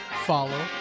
follow